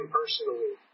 personally